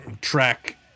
Track